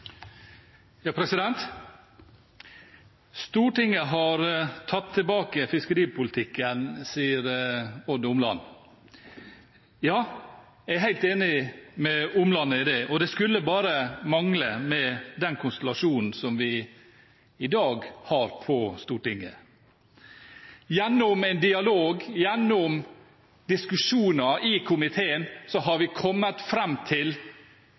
Ja, jeg er helt enig med Omland i det, og det skulle bare mangle med den konstellasjonen som vi i dag har på Stortinget. Gjennom en dialog og gjennom diskusjoner i komiteen har vi kommet fram til